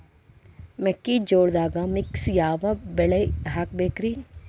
ಮೆಕ್ಕಿಜೋಳದಾಗಾ ಮಿಕ್ಸ್ ಯಾವ ಬೆಳಿ ಹಾಕಬೇಕ್ರಿ?